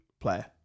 player